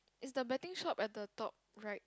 is the betting shop at the top right